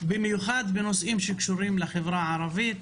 במיוחד בנושאים שקשורים לחברה הערבית,